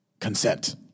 consent